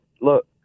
look